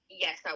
Yes